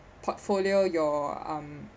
portfolio your um